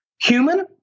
human